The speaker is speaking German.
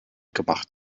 gemacht